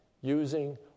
using